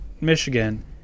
Michigan